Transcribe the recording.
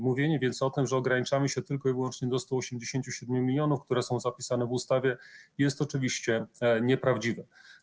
Mówienie więc o tym, że ograniczamy się tylko i wyłącznie do 187 mln, które są zapisane w ustawie, jest oczywiście nieprawdziwe.